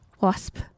wasp